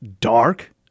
dark